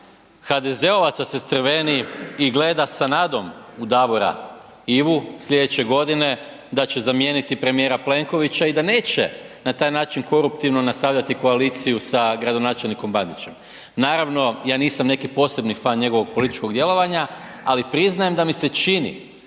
HDZ-ovaca se crveni gleda sa nadom u Davora Ivu slijedeće godine da će zamijeniti premijera Plenkovića i da neće na taj način koruptivno nastavljati koaliciju sa gradonačelnikom Bandićem. Naravno, ja nisam neki posebni fan njegovog političkog djelovanja, ali priznajem da mi se čini